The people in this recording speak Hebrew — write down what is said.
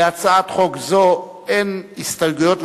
להצעת חוק זו אין הסתייגויות,